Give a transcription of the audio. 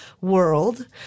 world